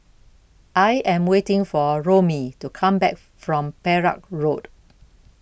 I Am waiting For Romie to Come Back from Perak Road